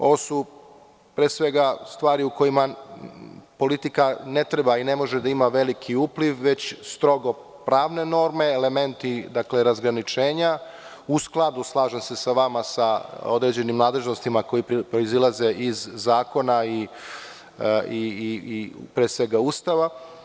Ovo su pre svega stvari u koje politika ne treba i ne može da ima veliki upliv, već strogo pravne norme, elementi razgraničenja u skladu sa određenim nadležnostima koja proizilaze iz zakona i Ustava.